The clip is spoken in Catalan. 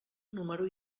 número